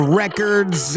records